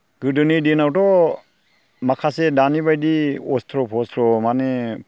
गोदोनि दिनावथ' माखासे दानि बायदि अस्थ्र' बस्थ्र' मानि